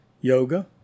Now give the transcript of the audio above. yoga